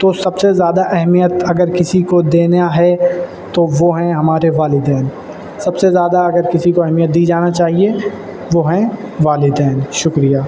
تو سب سے زیادہ اہمیت اگر کسی کو دینا ہے تو وہ ہیں ہمارے والدین سب سے زیادہ اگر کسی کو اہمیت دی جانا چاہیے وہ ہیں والدین شکریہ